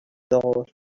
dollar